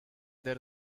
there